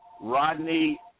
Rodney